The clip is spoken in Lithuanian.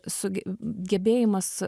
su gebėjimas